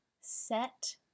set